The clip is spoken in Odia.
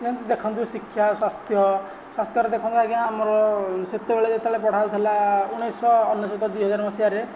ଯେନ୍ତି ଦେଖନ୍ତୁ ଶିକ୍ଷ୍ୟା ସ୍ୱାସ୍ଥ୍ୟ ସ୍ୱାସ୍ଥ୍ୟରେ ଦେଖନ୍ତୁ ଆଜ୍ଞା ଆମର ସେତେବେଳେ ଯେତେବେଳେ ପଢ଼ାଯାଉଥିଲ ଉଣେଇଶହ ଅନେଶ୍ୱତ ଦୁଇହଜାର ମସିହାରେ